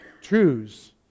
truths